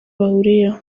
bahuriyeho